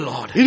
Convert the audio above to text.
Lord